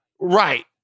Right